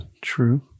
True